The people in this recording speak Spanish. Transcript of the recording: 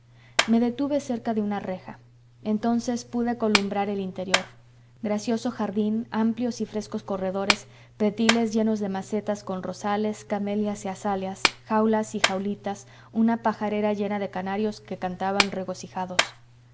me detuve cerca de una reja entonces pude columbrar el interior gracioso jardín amplios y frescos corredores pretiles llenos de macetas con rosales camelias y azaleas jaulas y jaulitas una pajarera llena de canarios que cantaban regocijados